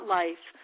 life